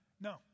No